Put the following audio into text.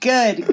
Good